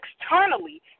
externally